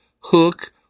hook